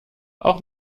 auch